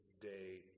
day